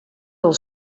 del